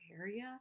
area